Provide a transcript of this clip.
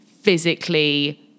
physically